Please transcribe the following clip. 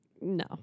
no